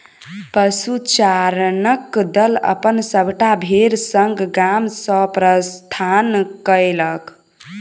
पशुचारणक दल अपन सभटा भेड़ संग गाम सॅ प्रस्थान कएलक